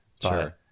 Sure